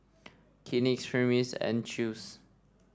Kleenex Hermes and Chew's